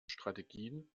strategien